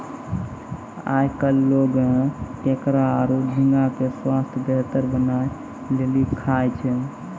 आयकल लोगें केकड़ा आरो झींगा के स्वास्थ बेहतर बनाय लेली खाय छै